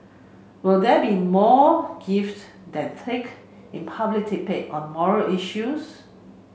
will there be more gift than take in a public debate on moral issues